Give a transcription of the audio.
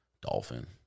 Dolphin